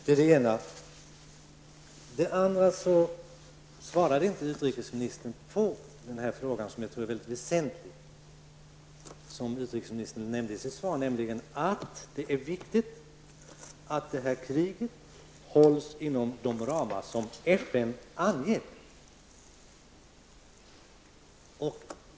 Utrikesministern svarade inte på en fråga som jag tycker är väsentlig och som han nämnde i sitt svar, nämligen om att det är viktigt att kriget hålls inom de ramar som FN anger.